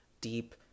deep